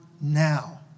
now